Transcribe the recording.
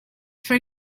for